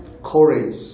courage